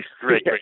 great